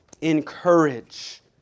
encourage